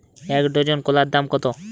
এক ডজন কলার দাম কত?